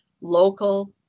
local